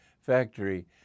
factory